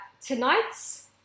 tonight's